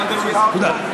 תודה.